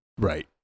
Right